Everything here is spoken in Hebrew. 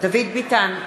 דוד ביטן,